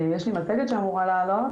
יש מצגת שאמורה לעלות.